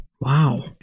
Wow